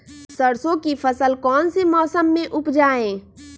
सरसों की फसल कौन से मौसम में उपजाए?